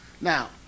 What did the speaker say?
Now